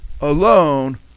alone